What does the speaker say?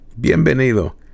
Bienvenido